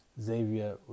Xavier